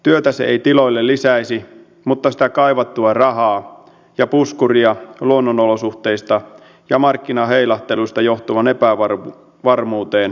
työtä se ei tiloille lisäisi mutta sitä kaivattua rahaa sekä puskuria luonnonolosuhteista ja markkinaheilahteluista johtuvaan epävarmuuteen se toisi